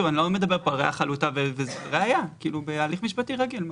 אני לא מדבר פה על ראיה חלוטה אלא ראיה בהליך משפטי רגיל.